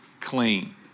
clean